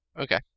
Okay